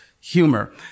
humor